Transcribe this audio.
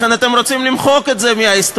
לכן אתם רוצים למחוק את זה מההיסטוריה.